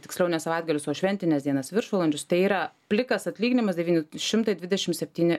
tiksliau ne savaitgalius o šventines dienas viršvalandžius tai yra plikas atlyginimas devyni šimtai dvidešim septyni